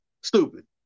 stupid